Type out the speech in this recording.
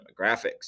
demographics